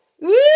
Woo